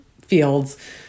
fields